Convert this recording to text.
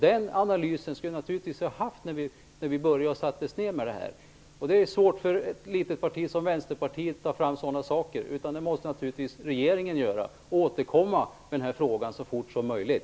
Vi skulle naturligtvis ha fått ta del av en analys innan vi tog itu med det här ärendet. Det är svårt för ett litet parti som Vänsterpartiet att ta ett sådant initiativ. Det måste naturligtvis regeringen göra för att sedan återkomma i frågan så fort som möjligt.